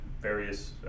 various